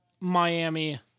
Miami